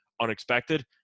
unexpected